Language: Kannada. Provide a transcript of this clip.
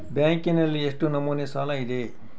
ಬ್ಯಾಂಕಿನಲ್ಲಿ ಎಷ್ಟು ನಮೂನೆ ಸಾಲ ಇದೆ?